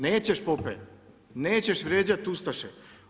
Nećeš, pope, nećeš vrijeđati ustaše.